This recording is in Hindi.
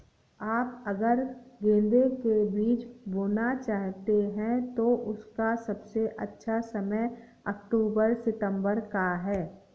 आप अगर गेंदे के बीज बोना चाहते हैं तो इसका सबसे अच्छा समय अक्टूबर सितंबर का है